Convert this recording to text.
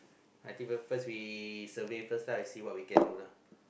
I think will first we survey first lah see what I can do lah